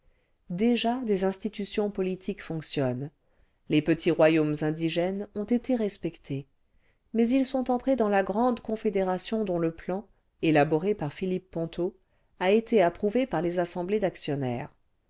déjà des institutions politiques fonctionnent les petits royaumes indigènes ont été respectés mais ils sont entrés dans la grande confédération dont le plan élaboré par philippe ponto a été approuvé par les assemblées d'actionnaires